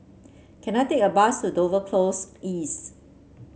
can I take a bus to Dover Close East